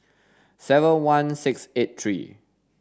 seven one six eight three